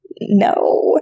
No